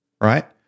right